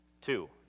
Two